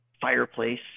fireplace